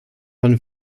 van